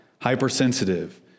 hypersensitive